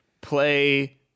play